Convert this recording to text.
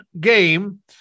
game